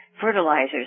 fertilizers